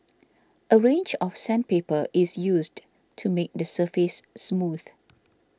a range of sandpaper is used to make the surface smooth